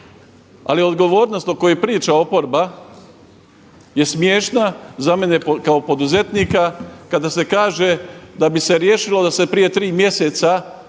ali odgovornost o kojoj priča oporba je smiješna za mene kao poduzetnika kada se kaže da bi se riješilo da se prije tri mjeseca